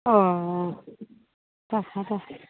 ও তা ফাঁকা